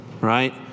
right